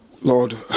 Lord